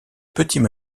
petits